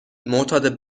معتاد